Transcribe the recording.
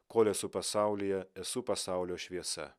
kol esu pasaulyje esu pasaulio šviesa